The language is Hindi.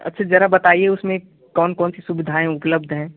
अच्छा ज़रा बताइए उसमें कौन कौन सी सुविधाएँ उपलब्ध हैं